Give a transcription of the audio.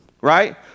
Right